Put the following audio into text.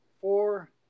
Four